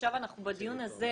ועכשיו אנחנו בדיון הזה,